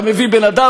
אתה מביא בן-אדם,